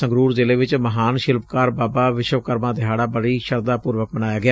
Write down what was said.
ਸੰਗਰੂਰ ਜ਼ਿਲ੍ਹੇ ਚ ਮਹਾਨ ਸ਼ਿਲਪਕਾਰ ਬਾਬਾ ਵਿਸ਼ਵ ਕਰਮਾ ਦਿਹਾਤਾ ਬੜੀ ਸ਼ਰਧਾ ਪੁਰਵਕ ਮਨਾਇਆ ਗਿਆ